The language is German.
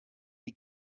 die